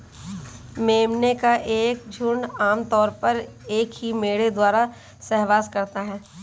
मेमने का एक झुंड आम तौर पर एक ही मेढ़े द्वारा सहवास करता है